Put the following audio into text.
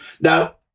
Now